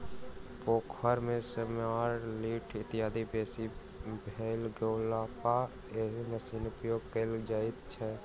पोखैर मे सेमार, लीढ़ इत्यादि बेसी भ गेलापर एहि मशीनक उपयोग कयल जाइत छै